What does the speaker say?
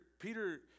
Peter